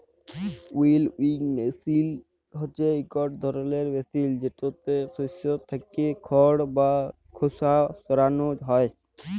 উইলউইং মেসিল হছে ইকট ধরলের মেসিল যেটতে শস্য থ্যাকে খড় বা খোসা সরানো হ্যয়